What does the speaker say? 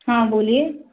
हाँ बोलिए